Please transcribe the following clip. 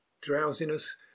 drowsiness